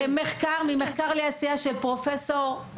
ממחקר לעשייה של כלת פרס ישראל,